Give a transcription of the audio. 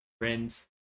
friends